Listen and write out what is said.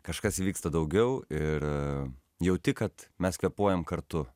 kažkas įvyksta daugiau ir jauti kad mes kvėpuojam kartu